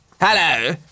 Hello